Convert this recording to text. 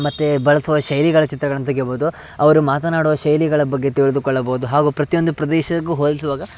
ಮತ್ತು ಬಳಸುವ ಶೈಲಿಗಳ ಚಿತ್ರಗಳನ್ನು ತೆಗೆಯಬೌದು ಅವರು ಮಾತನಾಡುವ ಶೈಲಿಗಳ ಬಗ್ಗೆ ತಿಳಿದುಕೊಳ್ಳಬೌದು ಹಾಗೂ ಪ್ರತಿಯೊಂದು ಪ್ರದೇಶಕ್ಕೂ ಹೋಲಿಸುವಾಗ